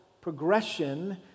progression